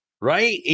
Right